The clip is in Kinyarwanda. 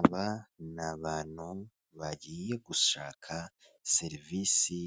Aba n’ abantu bagiye gushaka serivisi